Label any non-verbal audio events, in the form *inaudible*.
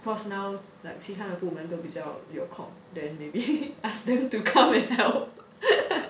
cause now like 其他的部门都比较有空 then maybe *laughs* ask them to come and help *laughs*